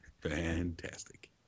Fantastic